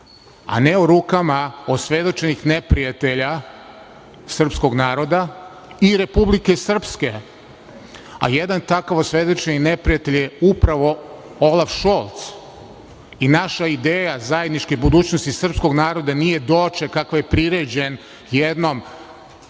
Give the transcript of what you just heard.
a ne u rukama osvedočenih neprijatelja srpskog naroda i Republike Srpske, a jedan takav osvedočeni neprijatelj je upravo Olaf Šolc i naša ideja zajedničke budućnosti srpskog naroda nije doček kakav je priređen jednom